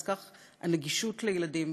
אז כך הנגישות לילדים,